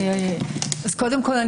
קודם כול,